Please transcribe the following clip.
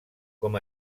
com